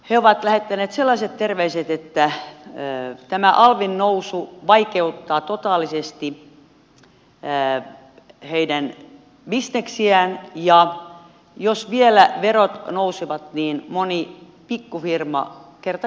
he ovat lähettäneet sellaiset terveiset että tämä alvin nousu vaikeuttaa totaalisesti heidän bisneksiään ja jos vielä verot nousevat niin moni pikkufirma kerta kaikkiaan kaatuu